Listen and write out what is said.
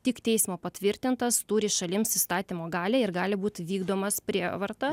tik teismo patvirtintas turi šalims įstatymo galią ir gali būt vykdomas prievarta